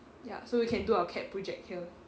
ya so we can do our CAD project here